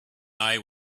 eye